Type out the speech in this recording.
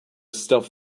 stuff